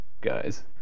guys